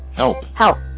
no. how?